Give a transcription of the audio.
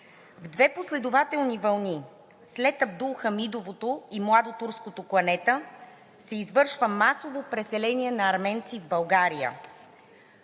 В две последователни вълни – след Абдулхамидовото и младотурското кланета, се извършва масовото преселение на арменци в България.